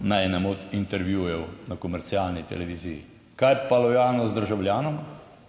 na enem od intervjujev na komercialni televiziji. Kaj pa lojalnost državljanom?